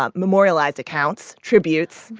ah memorialized accounts, tributes,